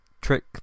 trick